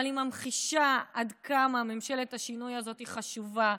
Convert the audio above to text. היא ממחישה עד כמה ממשלת השינוי הזאת חשובה,